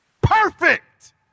perfect